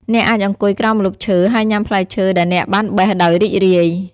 អ្នកអាចអង្គុយក្រោមម្លប់ឈើហើយញ៉ាំផ្លែឈើដែលអ្នកបានបេះដោយរីករាយ។